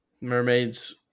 Mermaid's